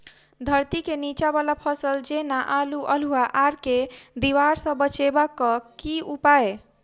धरती केँ नीचा वला फसल जेना की आलु, अल्हुआ आर केँ दीवार सऽ बचेबाक की उपाय?